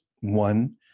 One